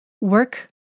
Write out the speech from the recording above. work